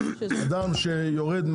אדם שיורד,